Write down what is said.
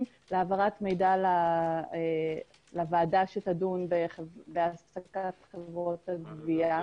להעברת מידע לוועדה שתדון בהעסקת חברות הגבייה.